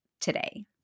today